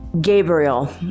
Gabriel